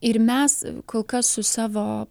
ir mes kol kas su savo